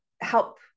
help